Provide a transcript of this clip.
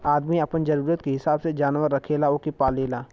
आदमी आपन जरूरत के हिसाब से जानवर रखेला ओके पालेला